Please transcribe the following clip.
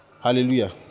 hallelujah